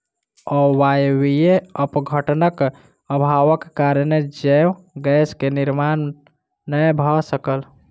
अवायवीय अपघटनक अभावक कारणेँ जैव गैस के निर्माण नै भअ सकल